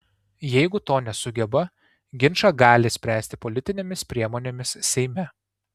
jeigu to nesugeba ginčą gali spręsti politinėmis priemonėmis seime